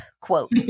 quote